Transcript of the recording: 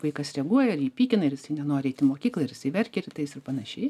vaikas reaguoja ir jį pykina ir jisai nenori eit į mokyklą ir jisai verkia rytais ir panašiai